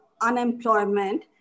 unemployment